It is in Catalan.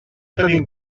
tenim